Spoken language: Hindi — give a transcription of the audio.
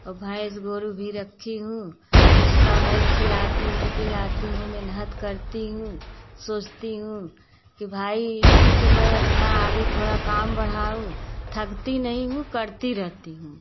और भैंस गोरू भी रखी हूँ उसका मैं खिलाती हूँ पिलाती हूँ मेनहत करती हूँ सोचती हूँ कि भाई इसी से मैं अपना आगे थोड़ा काम बढ़ाऊँ थकती नही हूँ करती रहती हूँ